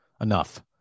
Enough